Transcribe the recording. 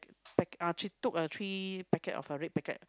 packet uh she took a three packet of a red packet